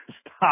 stop